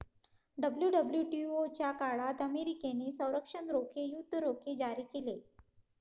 WWTO च्या काळात अमेरिकेने संरक्षण रोखे, युद्ध रोखे जारी केले